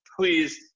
please